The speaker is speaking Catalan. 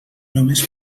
només